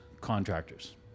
contractors